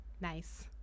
Nice